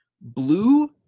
blue